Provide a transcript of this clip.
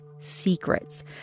Secrets